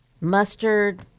mustard